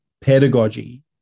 pedagogy